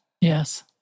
Yes